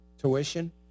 tuition